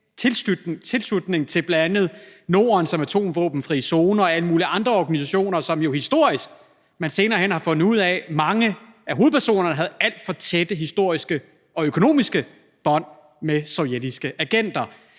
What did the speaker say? tilknytning til bl.a. Norden som atomvåbenfri zone og alle mulige andre organisationer, hvorom man jo senere hen har fundet ud, at mange af hovedpersonerne havde alt for tætte historiske og økonomiske bånd med sovjetiske agenter.